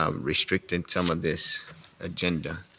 um restricting some of this agenda.